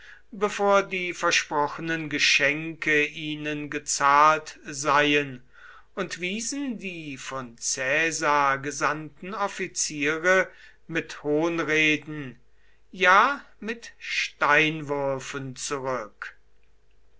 bevor die versprochenen geschenke ihnen gezahlt seien und wiesen die von caesar gesandten offiziere mit hohnreden ja mit steinwürfen zurück